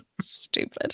Stupid